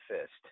fist